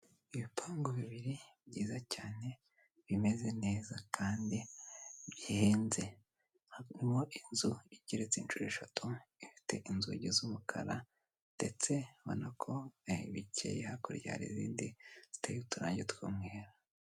Ibipangu bibiri byiza cyane bimeze neza kandi bihenze, harimo inzu igereretse inshuro eshatu ifite inzugi z'umukara, ndetse ubona ko bikeye. Hakurya hari izindi ziteye uturangi tw'umweru.